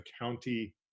county